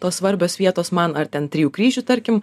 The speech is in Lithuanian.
tos svarbios vietos man ar ten trijų kryžių tarkim